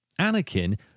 anakin